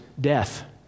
death